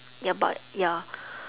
ya but ya